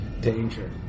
danger